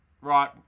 right